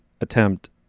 attempt